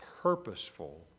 purposeful